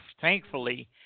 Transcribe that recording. Thankfully